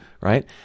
right